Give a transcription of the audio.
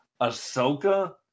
Ahsoka